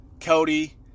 Cody